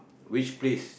which place